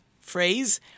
phrase